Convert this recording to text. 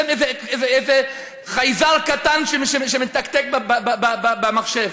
איזה חייזר קטן שמתקתק במחשב,